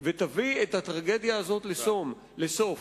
ותביא את הטרגדיה הזאת לסוף.